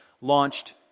launched